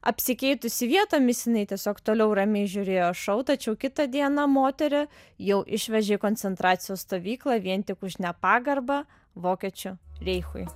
apsikeitusi vietomis jinai tiesiog toliau ramiai žiūrėjo šou tačiau kitą dieną moterį jau išvežė į koncentracijos stovyklą vien tik už nepagarbą vokiečių reichui